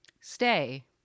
stay